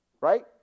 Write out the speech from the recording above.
right